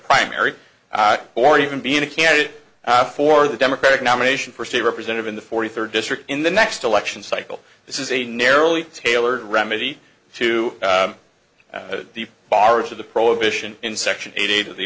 primary or even being a candidate for the democratic nomination for state representative in the forty third district in the next election cycle this is a narrowly tailored remedy to the bars of the prohibition in section eight of the